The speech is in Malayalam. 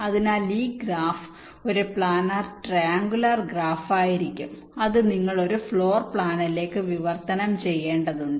അതിനാൽ ഈ ഗ്രാഫ് ഒരു പ്ലാനർ ട്രൈഅംഗുലർ ഗ്രാഫ് ആയിരിക്കും അത് നിങ്ങൾ ഒരു ഫ്ലോർ പ്ലാനിലേക്ക് വിവർത്തനം ചെയ്യേണ്ടതുണ്ട്